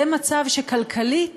זה מצב שכלכלית